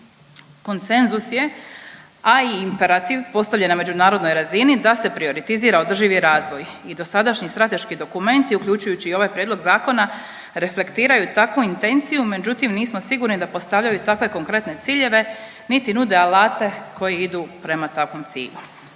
Konsenzus je, a i imperativ postavljen na međunarodnoj razini da se prioritizira održivi razvoj i dosadašnji strateški dokument i uključujući i ovaj prijedlog zakona reflektiraju takvu intenciju, međutim nismo sigurni da postavljaju takve konkretne ciljeve, niti nude alate koji idu prema takvom cilju.